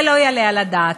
זה לא יעלה על הדעת.